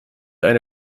eine